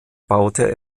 baute